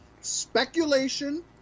speculation